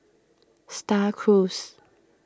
Star Cruise